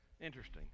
interesting